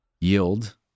yield